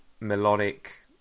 melodic